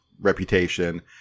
reputation